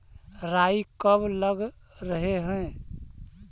राई कब लग रहे है?